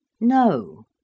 No